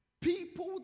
people